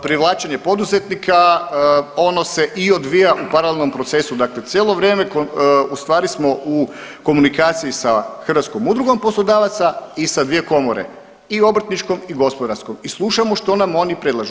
Privlačenje poduzetnika ono se i odvija u paralelnom procesu, dakle cijelo vrijeme u stvari smo u komunikaciji sa Hrvatskom udrugom poslodavaca i sa dvije komore i obrtničkom i gospodarskom i slušamo što nam oni predlažu.